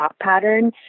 pattern